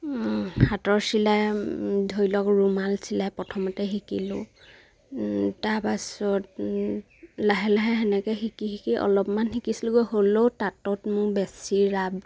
হাতৰ চিলাই ধৰি লওক ৰুমাল চিলাই প্ৰথমতে শিকিলোঁ তাৰপাছত লাহে লাহে সেনেকে শিকি শিকি অলপমান শিকিছিলোঁগৈ হ'লেও তাঁতত মোক বেছি ৰাপ